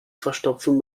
verstopfen